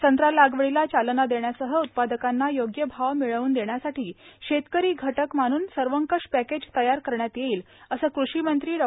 संत्रा लागवडीला चालना देण्यासह उत्पादकांना योग्य भाव मिळवून देण्यासाठी शेतकरी घटक मानून सर्वंकष पॅंकेज तयार करण्यात येईल असे कृषीमंत्री डॉ